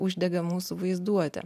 uždega mūsų vaizduotę